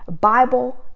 Bible